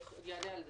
תאפשר להם ליהנות